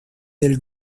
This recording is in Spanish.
del